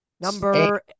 Number